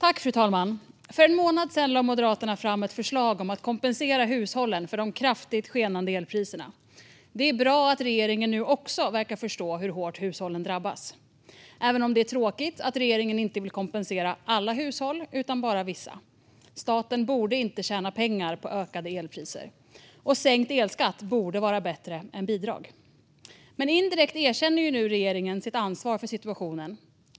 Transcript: Fru talman! För en månad sedan lade Moderaterna fram ett förslag om att kompensera hushållen för de kraftigt skenande elpriserna. Det är bra att regeringen nu också verkar förstå hur hårt hushållen drabbas, även om det är tråkigt att regeringen inte vill kompensera alla hushåll utan bara vissa. Staten borde inte tjäna pengar på ökade elpriser, och sänkt elskatt borde vara bättre än bidrag. Indirekt erkänner dock regeringen nu sitt ansvar för situationen.